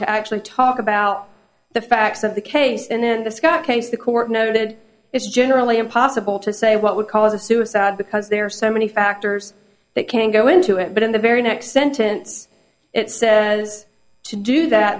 to actually talk about the facts of the case and in the scott case the court noted it's generally impossible to say what would cause a suicide because there are so many factors that can go into it but in the very next sentence it says to do that